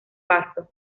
pastos